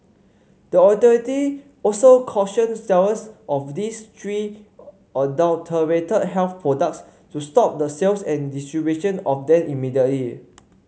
the authority also cautioned sellers of these three adulterated health products to stop the sales and distribution of them immediately